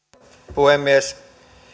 puhemies